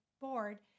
Board